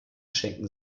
schenken